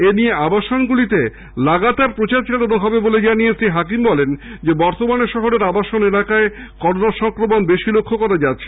এই নিয়ে আবাসনগুলিতে লাগাতার প্রচার চলবে বলে জানিয়ে শ্রী হাকিম বলেন বর্তমানে শহরের আবাসন এলাকায় করোনা সংক্রমণ বেশি দেখা যাচ্ছে